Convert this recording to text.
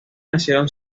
nacieron